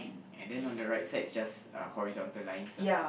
and then on the right side is just uh horizontal lines ah